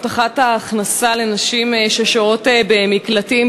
הבטחת ההכנסה לנשים ששוהות במקלטים.